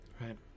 right